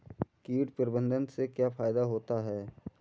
कीट प्रबंधन से क्या फायदा होता है?